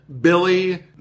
Billy